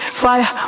fire